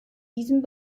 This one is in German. diesem